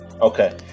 Okay